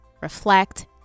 reflect